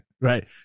right